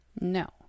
No